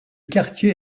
quartier